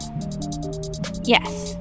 Yes